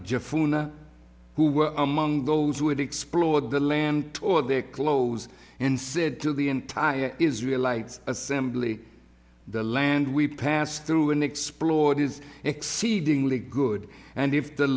jeffrey who were among those who had explored the land or their clothes and said to the entire israel lites assembly the land we passed through and explored is exceedingly good and if the